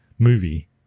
movie